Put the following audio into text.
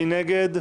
מי נגד?